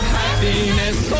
happiness